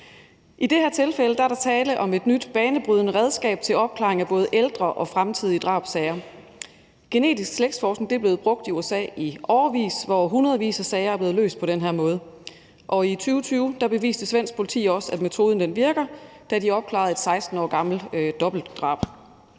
I det her tilfælde er der tale om et nyt banebrydende redskab til opklaring af både ældre og fremtidige drabssager. Genetisk slægtsforskning er blevet brugt i USA i årevis, hvor hundredvis af sager er blevet løst på den her måde, og i 2020 beviste svensk politi også, at metoden virker, da de opklarede et 16 år gammelt dobbeltdrab.